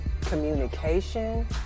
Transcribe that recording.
communication